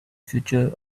future